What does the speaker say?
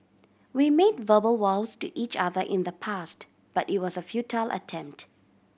we made verbal vows to each other in the past but it was a futile attempt